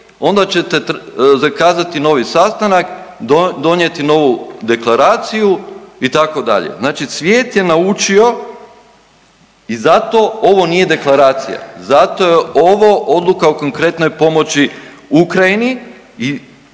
onda ćete zakazati novi sastanak, donijeti novu deklaraciju itd. Dakle, svijet je naučio i zato ovo nije deklaracija. Zato je ovo odluka o konkretnoj pomoći Ukrajini i taj